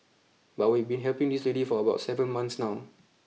but we've been helping this lady for about seven months now